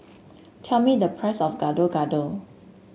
tell me the price of Gado Gado